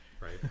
right